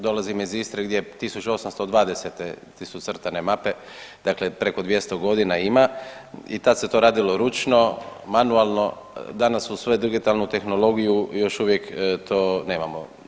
Dolazim iz Istre gdje je 1820. su crtane mape, dakle preko 200 godina ima i tad se to radilo ručno, manualno, danas uz svu digitalnu tehnologiju još uvijek to nemamo.